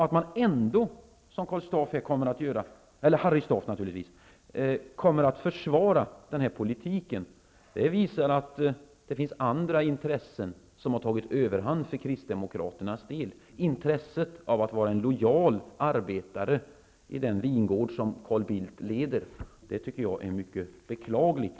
Att ändå, som Karl Staaff, jag menar naturligtvis Harry Staaf, kommer att göra, försvara den här politiken visar att det finns andra intressen som har tagit överhand för Kristdemokraterna, nämligen intresset av att vara en lojal arbetare i den vingård som Carl Bildt leder. Jag tycker att det är mycket beklagligt.